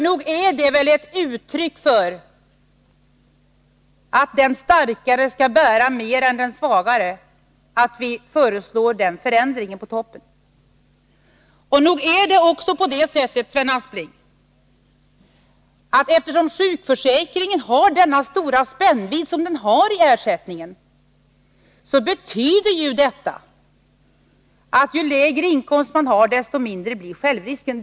Nog är väl det ett uttryck för att den starkare skall bära mer än den svagare att vi föreslår den förändringen på toppen? Eftersom sjukförsäkringen har den stora spännvidd som den har när det gäller ersättningen betyder detta — nog är det väl på det sättet, herr Aspling — att ju lägre inkomst man har desto mindre blir självrisken.